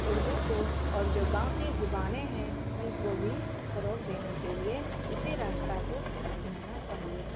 اردو کو اور جو باقی زبانیں ہیں ان کو بھی فروغ دینے کے لیے اسی راستہ کو اپنانا چاہیے